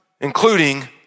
including